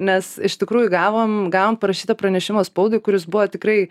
nes iš tikrųjų gavom gavom parašytą pranešimą spaudai kuris buvo tikrai